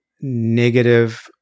negative